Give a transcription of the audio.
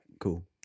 Cool